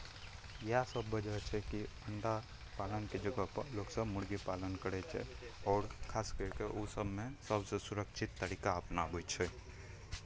इएह सभ वजह छै कि अण्डा पालनके जगहपर लोकसभ मुर्गी पालन करै छै आओर खास करि कऽ ओ सभमे सभसँ सुरक्षित तरीका अपनाबै छै